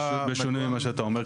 בשונה ממה שאתה אומר.